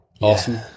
Awesome